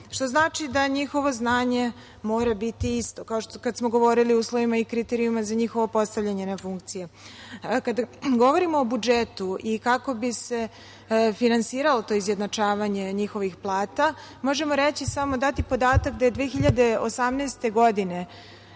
što znači da njihovo znanje mora biti isto, kao kada smo govorili o uslovima i kriterijumima za njihovo postavljanje na funkcije. Kada govorimo o budžetu i kako bi se finansiralo to izjednačavanje njihovih plata, možemo dati podatak da je 2018. godine